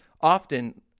often